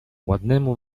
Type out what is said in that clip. ładnemu